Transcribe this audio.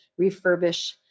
refurbish